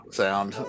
sound